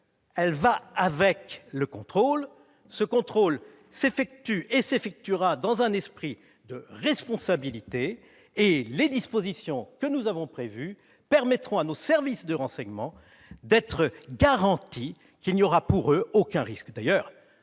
Ils vont de pair : le contrôle s'effectuera dans un esprit de responsabilité, et les dispositions que nous avons prévues permettront à nos services de renseignement d'avoir la garantie qu'il n'y aura pour eux aucun risque.